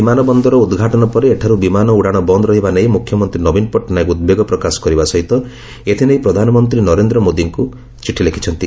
ବିମାନ ବନ୍ଦର ଉଦ୍ଘାଟନ ପରେ ଏଠାରୁ ବିମାନ ଉଡ଼ାଶ ବନ୍ଦ ରହିବା ନେଇ ମୁଖ୍ୟମନ୍ତୀ ନବୀନ ପଟ୍ଟନାୟକ ଉଦ୍ବେଗ ପ୍ରକାଶ କରିବା ସହିତ ଏଥିନେଇ ପ୍ରଧାନମନ୍ତୀ ନରେନ୍ଦ୍ର ମୋଦିଙ୍କ ନିକଟକୁ ଚିଠି ଲେଖୁଛନ୍ତି